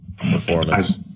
performance